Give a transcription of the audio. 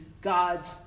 God's